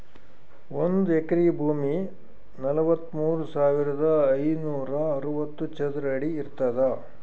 ಒಂದ್ ಎಕರಿ ಭೂಮಿ ನಲವತ್ಮೂರು ಸಾವಿರದ ಐನೂರ ಅರವತ್ತು ಚದರ ಅಡಿ ಇರ್ತದ